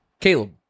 Caleb